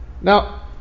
Now